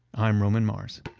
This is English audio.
i'm roman mars